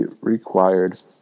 required